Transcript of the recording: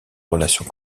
relation